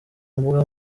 mbuga